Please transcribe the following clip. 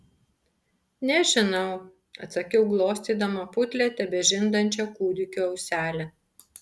nežinau atsakiau glostydama putlią tebežindančio kūdikio auselę